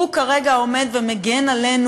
הוא כרגע עומד ומגן עלינו.